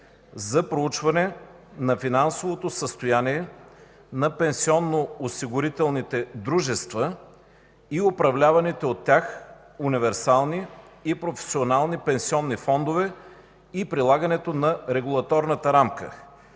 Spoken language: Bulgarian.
за проучване на финансовото състояние на пенсионно-осигурителните дружества и управляваните от тях универсални и професионални пенсионни фондове и прилагането на регулаторната рамка”.